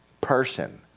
person